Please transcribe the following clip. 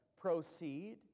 proceed